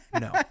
No